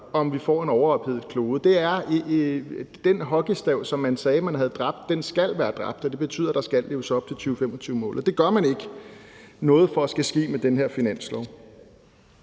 om vi får en overophedet klode. Den hockeystav, som man sagde man havde dræbt, skal være dræbt, og det betyder, at der skal leves op til 2025-målet. Og det gør man ikke noget for skal ske med den her finanslov.